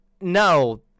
no